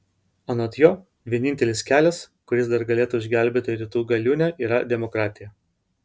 anot jo vienintelis kelias kuris dar galėtų išgelbėti rytų galiūnę yra demokratija